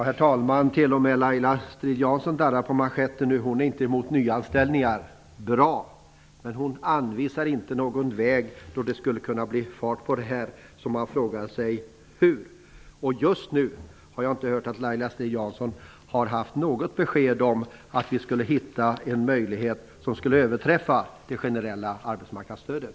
Herr talman! Till och med Laila Strid-Jansson darrar på manschetten nu. Hon är inte emot nyanställningar. Bra. Men hon anvisar inte något sätt som kulle kunna sätta fart på anställningarna, så man frågar sig hur. Just nu har jag inte hört att Laila Strid-Jansson har haft något besked om att vi skulle hitta en möjlighet som skulle överträffa det generella arbetsmarknadsstödet.